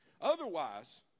Otherwise